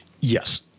Yes